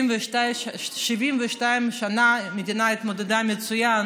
72 שנה המדינה התמודדה מצוין